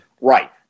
Right